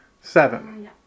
Seven